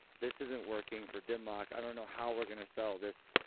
this isn't working for dim mak, i don't know how we're going to sell this.